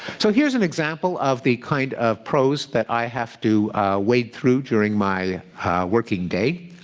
so here's an example of the kind of prose that i have to wade through during my working day.